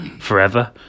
forever